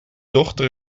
dochter